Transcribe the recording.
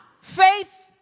Faith